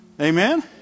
Amen